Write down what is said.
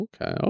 okay